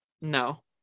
No